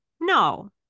No